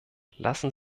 lassen